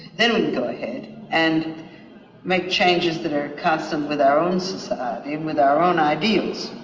then we can go ahead and make changes that are constant with our own society and with our own ideals.